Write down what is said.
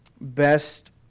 best